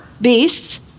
beasts